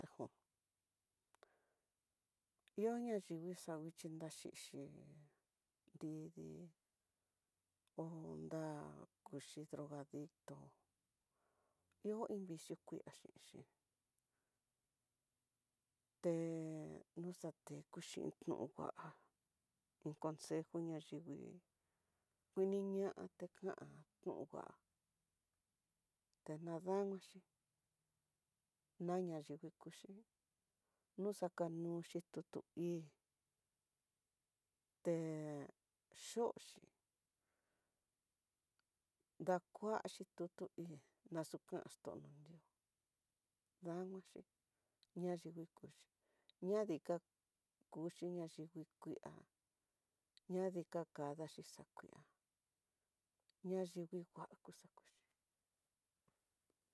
Tajon ihó nanyivii vixhi nraxhixi, nridi hó nrá kuxhi drogadito ihó iin vicio kue'a xhinxi, te noxateku xhin nongua iin consejo na yingui, kuiniña tekan koan te nadamaxhi, naña yingui kuxhi no xakanuxhi tutu hí te xhoxi, dakuaxhí tutu hí naxukaxtono nriós, danguaxhi ña nrivii kuxhi ña dika kuxhi ñaivii kuéa ña dika kadaxhi xakuéa ña yivii ngua kuxakuxhi.